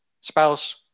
spouse